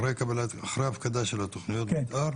אחרי ההפקדה של תכניות המתאר --- כן.